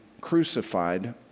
crucified